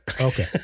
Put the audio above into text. Okay